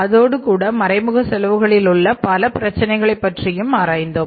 அதோடு கூட மறைமுக செலவுகளில் உள்ள பல பிரச்சனைகளைப் பற்றியும் ஆராய்ந்தோம்